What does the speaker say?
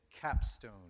capstone